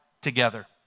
together